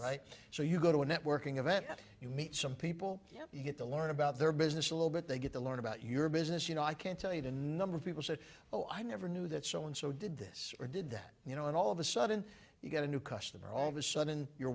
right so you go to a networking event that you meet some people you get to learn about their business a little bit they get to learn about your business you know i can't tell you the number of people say oh i never knew that so and so did this or did that you know and all of a sudden you get a new customer all of a sudden you're